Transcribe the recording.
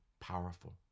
powerful